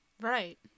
Right